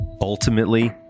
Ultimately